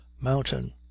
mountain